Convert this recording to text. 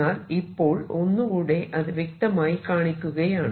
എന്നാൽ ഇപ്പോൾ ഒന്നുകൂടെ അത് വ്യക്തമായി കാണിക്കുകയാണ്